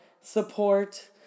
support